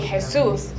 Jesús